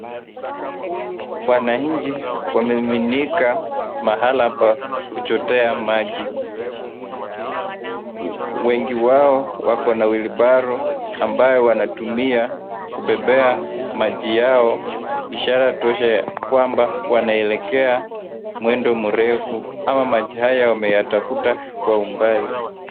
Wananchi wamemiminika mahali hapa kuchotea maji, wengi wao wako na wheelbarrow , ambayo wanatumia kubebeba maji yao ishara toshs kwamba wanelekea mwendo mrefu au maji haya wanayatafuta kwa umbali.